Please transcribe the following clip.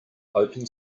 open